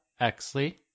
Exley